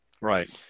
right